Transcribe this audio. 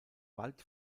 wald